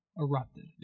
erupted